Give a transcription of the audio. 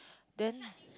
then